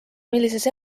millises